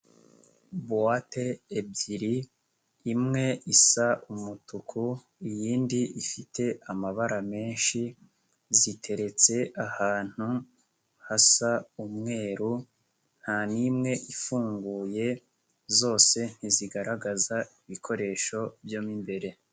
Buwate ebyiri imwe isa umutuku iyindi ifite amabara menshi ziteretse ahantu hasa umweru nta n'imwe ifunguye zose ntizigaragaza ibikoresho byombi imbere.